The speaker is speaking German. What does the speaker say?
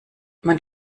man